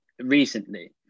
recently